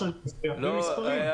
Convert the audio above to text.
אתה יכול לדבר במספרים?